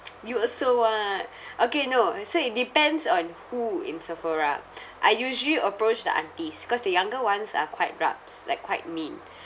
you also [what] okay no so it depends on who in Sephora I usually approach the aunties cause the younger ones are quite rabs like quite mean